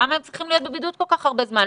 למה הם צריכים להיות בבידוד כל כך הרבה זמן?